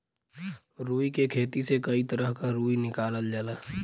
रुई के खेती से कई तरह क रुई निकालल जाला